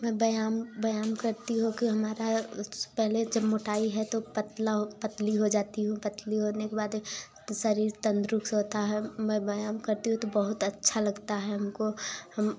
मैं व्यायाम व्यायाम करती हूँ कि हमारा पहले जब मोटाई है तो पतला हो पतली हो जाती हूँ पतली होने के बाद शरीर तंदरुस्त होता है मैं व्यायाम करती हूँ तो बहुत अच्छा लगता है हमको हम